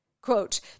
quote